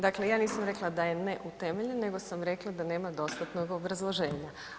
Dakle, ja nisam rekla da je neutemeljen nego sam rekla da nema dostatnog obrazloženja.